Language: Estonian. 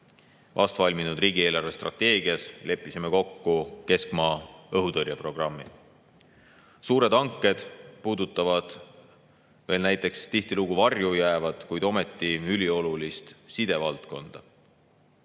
Vastvalminud riigi eelarvestrateegias leppisime kokku keskmaa õhutõrje programmi. Suured hanked puudutavad veel näiteks tihtilugu varju jäävat, kuid ometi üliolulist sidevaldkonda.